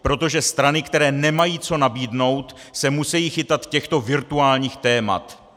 Protože strany, které nemají co nabídnout, se musejí chytat těchto virtuálních témat.